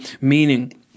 meaning